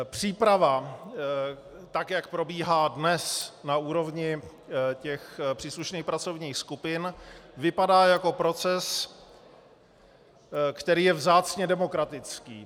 Příprava, tak jak probíhá dnes na úrovni příslušných pracovních skupin, vypadá jako proces, který je vzácně demokratický.